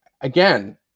again